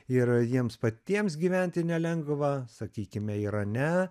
ir jiems patiems gyventi nelengva sakykime irane